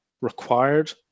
required